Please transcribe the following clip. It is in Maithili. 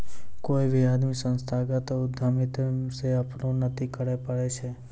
कोय भी आदमी संस्थागत उद्यमिता से अपनो उन्नति करैय पारै छै